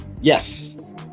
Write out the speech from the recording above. yes